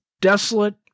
desolate